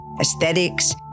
aesthetics